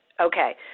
Okay